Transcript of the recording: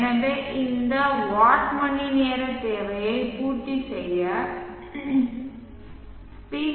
எனவே இந்த வாட் மணிநேர தேவையை பூர்த்தி செய்ய பி